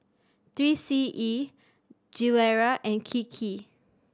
Three C E Gilera and Kiki